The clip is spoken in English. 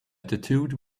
tattooed